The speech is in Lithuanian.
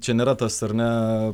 čia nėra tas ar ne